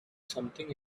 something